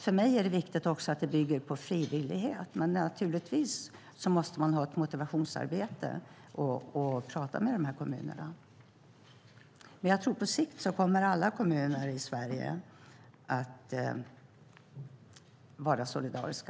För mig är det viktigt att det bygger på frivillighet, men naturligtvis måste man ha ett motivationsarbete och prata med kommunerna. Jag tror att på sikt kommer alla kommuner i Sverige att vara solidariska.